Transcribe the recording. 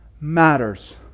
matters